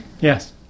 yes